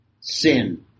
sin